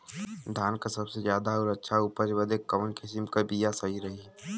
धान क सबसे ज्यादा और अच्छा उपज बदे कवन किसीम क बिया सही रही?